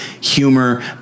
humor